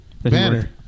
Banner